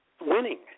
winning